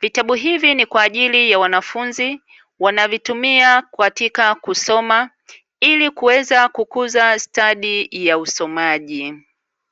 Vitabu hivi ni kwa ajili ya wanafunzi katika kusoma, ili kuweza kukuza stadi ya usomaji.